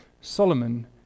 Solomon